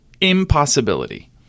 Impossibility